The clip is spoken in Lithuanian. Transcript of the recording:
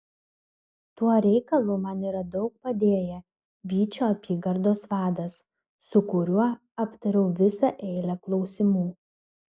tuo reikalu man yra daug padėjęs vyčio apygardos vadas su kuriuo aptariau visą eilę klausimų